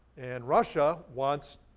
and russia wants